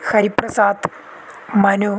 हरिप्रसादः मनुः